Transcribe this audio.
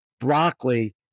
broccoli